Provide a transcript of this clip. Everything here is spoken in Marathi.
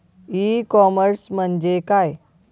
ई कॉमर्स म्हणजे काय?